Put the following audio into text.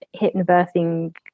hypnobirthing